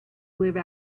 live